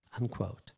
unquote